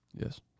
Yes